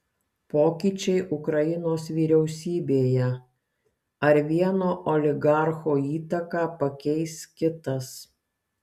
pokyčiai ukrainos vyriausybėje ar vieno oligarcho įtaką pakeis kitas